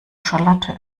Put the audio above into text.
charlotte